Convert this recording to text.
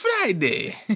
Friday